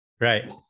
Right